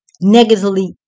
negatively